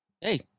hey